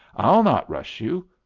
i'll not rush you.